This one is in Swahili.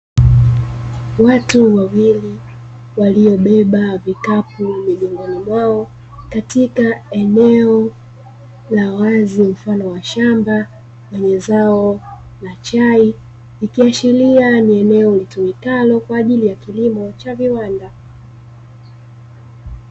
Watu wawili waliobeba vikapu migongoni mwao katika eneo la wazi mfano wa shamba lenye zao la chai, likiashiria ni eneo litumikalo kwa ajili ya kilimo cha viwanda.